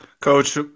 Coach